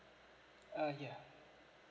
uh yeah